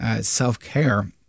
self-care